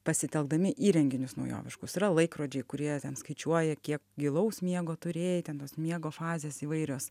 pasitelkdami įrenginius naujoviškus yra laikrodžiai kurie ten skaičiuoja kiek gilaus miego turėjai ten tos miego fazės įvairios